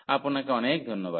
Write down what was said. আপনাকে অনেক ধন্যবাদ